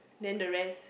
then the rest